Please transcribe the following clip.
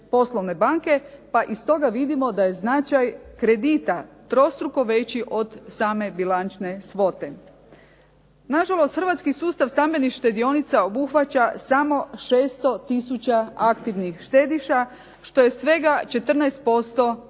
pa iz toga vidimo da je značaj kredita trostruko veći od same bilančne svote. Nažalost hrvatski sustav stambenih štedionica obuhvaća samo 600 tisuća aktivnih štediša, što je svega 14% hrvatske